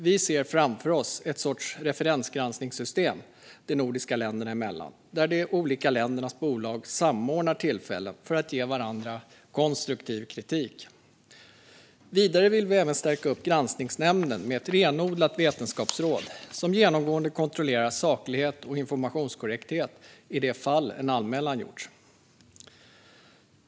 Vi ser framför oss en sorts referensgranskningssystem de nordiska länderna emellan, där de olika ländernas bolag samordnar tillfällen för att ge varandra konstruktiv kritik. Vidare vill vi även stärka upp granskningsnämnden med ett renodlat vetenskapsråd som genomgående kontrollerar saklighet och informationskorrekthet i de fall en anmälan gjorts.